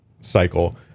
cycle